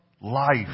life